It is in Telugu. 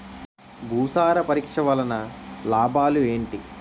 భూసార పరీక్ష వలన లాభాలు ఏంటి?